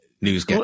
News